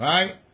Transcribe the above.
Right